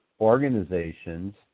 organizations